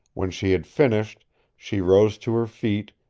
when she had finished she rose to her feet,